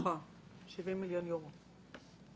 70 מיליון יורו.